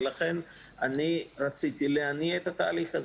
לכן רציתי להניע את התהליך,